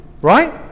right